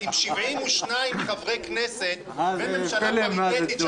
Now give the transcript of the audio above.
עם 72 חברי כנסת וממשלה פריטטית,